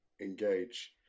engage